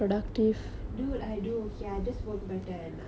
dude I do okay I just work better at night like